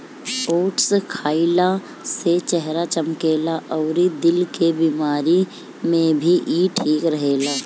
oats खाइला से चेहरा चमकेला अउरी दिल के बेमारी में भी इ ठीक रहेला